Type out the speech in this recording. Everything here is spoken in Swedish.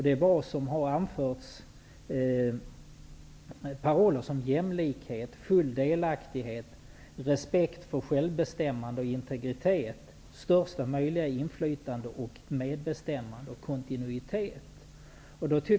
Det var paroller som jämlikhet, full delaktighet, respekt för självbestämmande, integritet, största möjliga inflytande och medbestämmande samt kontinuitet.